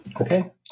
Okay